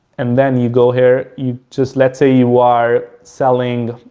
and then you go here, you just, let's say you are selling